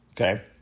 Okay